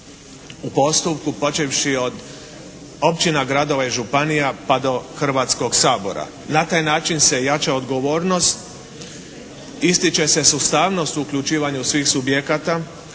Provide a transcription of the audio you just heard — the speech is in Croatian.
u postupku počevši od općina, gradova i županija pa do Hrvatskog sabora. Na taj način se jača odgovornost, ističe se sustavnost uključivanja svih subjekata,